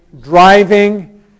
driving